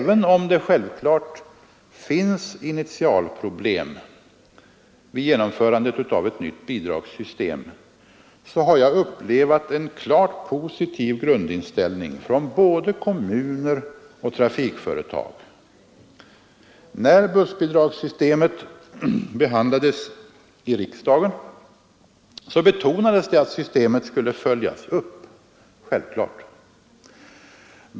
Även om det självfallet finns initialproblem vid genomförandet av ett nytt bidragssystem, har jag upplevt en klart positiv grundinställning från både kommuner och trafikföretag. När bussbidragssystemet behandlades i riksdagen betonades det att systemet självfallet skulle följas upp.